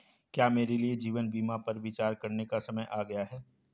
क्या मेरे लिए जीवन बीमा पर विचार करने का समय आ गया है?